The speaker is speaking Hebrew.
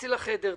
תיכנסי לחדר,